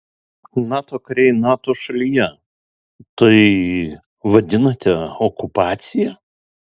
nato kariai nato šalyje tai vadinate okupacija